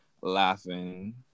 laughing